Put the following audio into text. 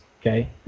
Okay